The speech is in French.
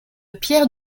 pierre